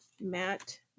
Matt